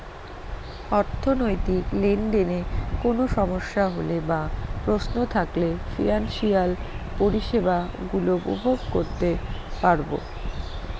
অর্থনৈতিক লেনদেনে কোন সমস্যা হলে বা প্রশ্ন থাকলে ফিনান্সিয়াল পরিষেবা গুলো উপভোগ করতে পারবো